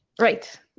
Right